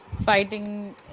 fighting